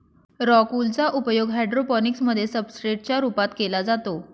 rock wool चा उपयोग hydroponics मध्ये सब्सट्रेट च्या रूपात केला जातो